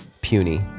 puny